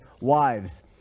wives